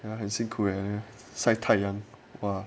that [one] 很辛苦晒太阳 !wah!